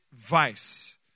Vice